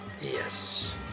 Yes